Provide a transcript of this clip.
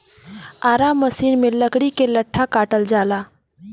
Ara machine में लकड़ी के लट्ठा काटल जाला